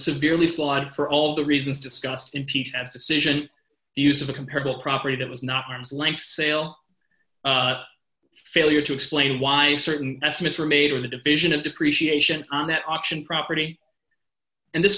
severely flawed for all the reasons discussed impeach abscission the use of a comparable property that was not arm's length sale failure to explain why certain estimates were made or the division of depreciation on that auction property and this